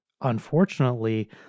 unfortunately